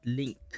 link